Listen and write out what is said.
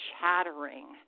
chattering